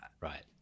right